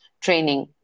training